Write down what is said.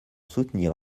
soutenir